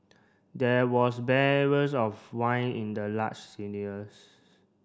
there was barrels of wine in the large